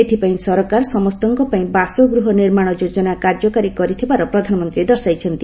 ଏଥିପାଇଁ ସରକାର ସମସ୍ତଙ୍କ ପାଇଁ ବାସଗୃହ ନିର୍ମାଣ ଯୋଜନା କାର୍ଯ୍ୟକାରୀ କରିଥିବାର ପ୍ରଧାନମନ୍ତ୍ରୀ ଦର୍ଶାଇଛନ୍ତି